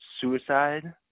suicide